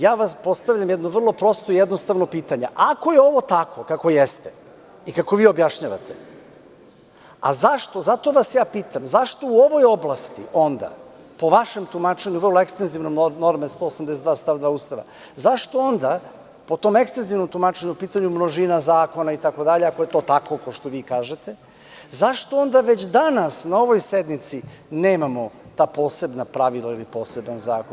Ja vam postavljam jedno vrlo prosto i jednostavno pitanje, ako je ovo tako kako jeste i kako vi objašnjavate, zato vas ja pitam, zašto u ovoj oblasti onda, po vašem tumačenju vrlo ekstenzivne norme 182. stav 2. Ustava, zašto ona po tom ekstenzivnom tumačenju u pitanju množina zakona itd, ako je to tako, kao što vi kažete, zašto onda već danas na ovoj sednici nemamo ta posebna pravila, ili poseban zakon?